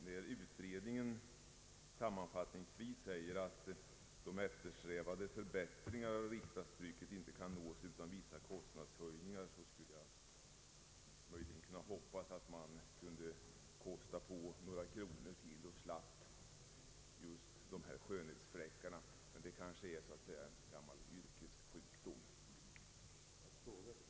När utredningen sammanfattningsvis säger att de eftersträvade förbättringarna inte kan nås utan vissa kostnadshöjningar, vill jag hoppas att man kunde kosta på sig några kronor till, så att vi slapp just dessa skönhetsfläckar. Men min reaktion här kanske är så att säga en yrkessjukdom.